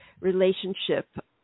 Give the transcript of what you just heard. relationship